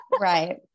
Right